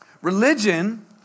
religion